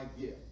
gift